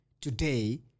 today